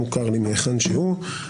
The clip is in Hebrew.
המוכר לי מהיכן שהוא.